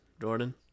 Jordan